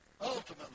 ultimately